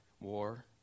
war